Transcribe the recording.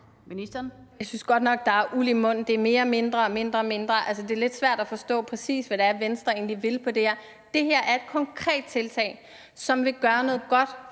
Jeg synes godt nok, der er uld i mund, for det er mere-mindre og mindre-mindre. Altså, det er lidt svært at forstå, hvad Venstre egentlig præcis vil med det her. Det her er et konkret tiltag, som vil gøre noget godt